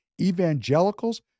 evangelicals